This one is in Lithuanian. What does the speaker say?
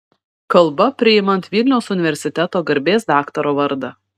kalba priimant vilniaus universiteto garbės daktaro vardą